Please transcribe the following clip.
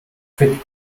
fink